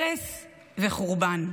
הרס וחורבן.